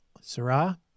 Sarah